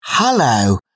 Hello